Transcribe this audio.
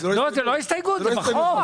אין נגד 6 נמנע 1 ההסתייגות לא נתקבלה.